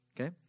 Okay